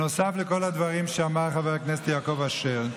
בנוסף לכל הדברים שאמר חבר הכנסת יעקב אשר,